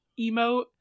emote